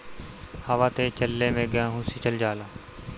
हवा तेज चलले मै गेहू सिचल जाला?